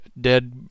dead